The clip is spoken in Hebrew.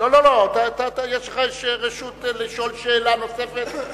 יש לך רשות לשאול שאלה נוספת.